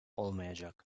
olmayacak